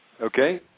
okay